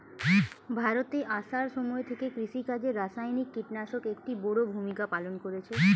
ভারতে আসার সময় থেকে কৃষিকাজে রাসায়নিক কিটনাশক একটি বড়ো ভূমিকা পালন করেছে